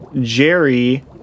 Jerry